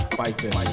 fighting